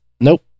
Nope